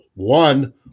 One